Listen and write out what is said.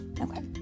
Okay